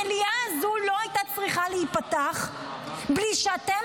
המליאה הזו לא הייתה צריכה להיפתח בלי שאתם